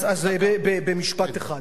אז במשפט אחד: